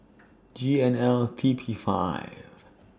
G N L T P five